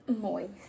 moist